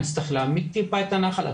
נצטרך להעמיק טיפה את הנחל.